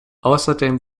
außerdem